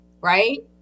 right